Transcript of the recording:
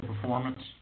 performance